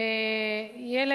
זה לא,